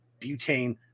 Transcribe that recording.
butane